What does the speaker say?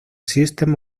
system